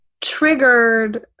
triggered